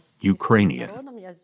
Ukrainian